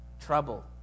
trouble